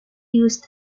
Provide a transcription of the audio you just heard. used